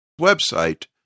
website